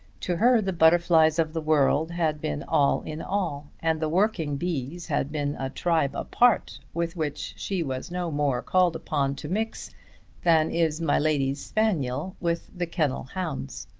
to her the butterflies of the world had been all in all, and the working bees had been a tribe apart with which she was no more called upon to mix than is my lady's spaniel with the kennel hounds.